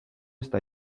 está